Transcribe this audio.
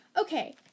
okay